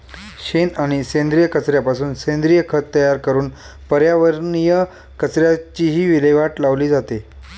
शेण आणि सेंद्रिय कचऱ्यापासून सेंद्रिय खत तयार करून पर्यावरणीय कचऱ्याचीही विल्हेवाट लावली जाते